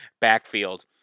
backfield